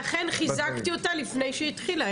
הסברת את זה מצוין ולכן חיזקתי אותה לפני שהיא התחילה.